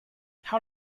how